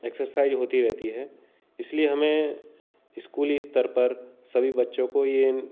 exercise होती रहती है इसलिए हमें स्कूली स्तर पर सभी बच्चों को यह